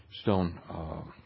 Stone